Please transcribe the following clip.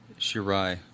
Shirai